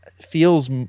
feels